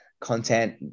content